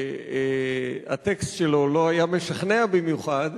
שהטקסט שלו לא היה משכנע במיוחד,